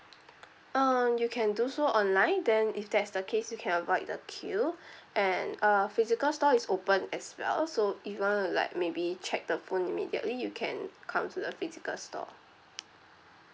uh you can do so online then if that's the case you can avoid the queue and uh physical store is open as well so if you want to like maybe check the phone immediately you can come to the physical store